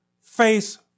face